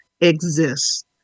exists